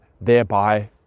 thereby